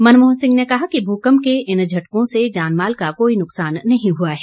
मनमोहन सिंह ने कहा कि भूकम्प के इन झटकों से जानमाल का कोई नुकसान नहीं हुआ है